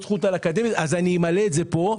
זכות על אקדמיה אני אמלא את זה פה.